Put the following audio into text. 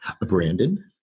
Brandon